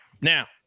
Now